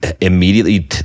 immediately